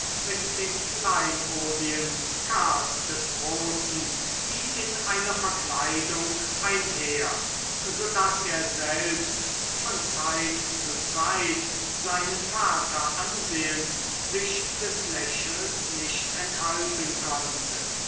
mit den kleinodien karls des großen wie in einer verkleidung einher so daß er selbst von zeit zu zeit seinen vater ansehend sich des lächelns nicht enthalten konnte